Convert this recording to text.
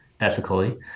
ethically